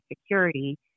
security